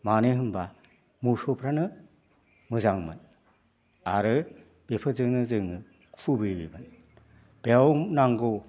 मानो होनबा मोसौफ्रानो मोजांमोन आरो बेफोरजोंनो जोङो खुबैयोमोन बेयाव नांगौ